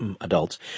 adults